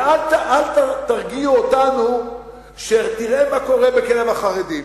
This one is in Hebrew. ואל תרגיעו אותנו עם: תראה מה קורה בקרב החרדים.